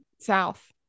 South